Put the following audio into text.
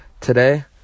Today